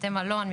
בתי מלון,